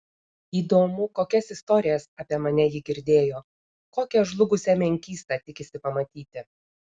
įdomu kokias istorijas apie mane ji girdėjo kokią žlugusią menkystą tikisi pamatyti